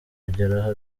kugeraho